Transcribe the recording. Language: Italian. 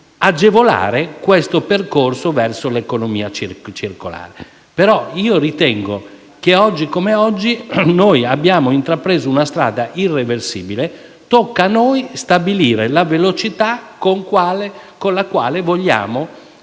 agevolare il percorso verso l'economia circolare, però ritengo che, oggi come oggi, abbiamo intrapreso una strada irreversibile. Tocca a noi stabilire la velocità con la quale vogliamo